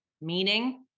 meaning